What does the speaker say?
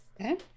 Okay